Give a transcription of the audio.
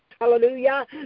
Hallelujah